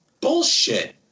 Bullshit